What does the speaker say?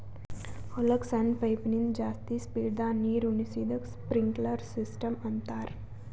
ಹೊಲಕ್ಕ್ ಸಣ್ಣ ಪೈಪಿನಿಂದ ಜಾಸ್ತಿ ಸ್ಪೀಡದಾಗ್ ನೀರುಣಿಸದಕ್ಕ್ ಸ್ಪ್ರಿನ್ಕ್ಲರ್ ಸಿಸ್ಟಮ್ ಅಂತಾರ್